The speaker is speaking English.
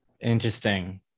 Interesting